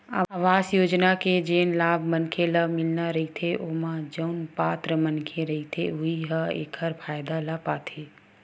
अवास योजना के जेन लाभ मनखे ल मिलना रहिथे ओमा जउन पात्र मनखे रहिथे उहीं ह एखर फायदा ल पाथे